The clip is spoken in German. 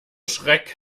schreck